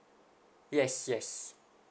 yes yes